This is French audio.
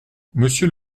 monsieur